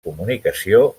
comunicació